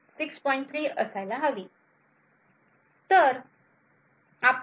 3 असायला हवी